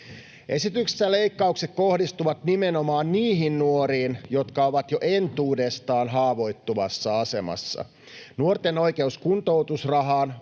Esityksessä leikkaukset kohdistuvat nimenomaan niihin nuoriin, jotka ovat jo entuudestaan haavoittuvassa asemassa. Nuorten oikeus kuntoutusrahaan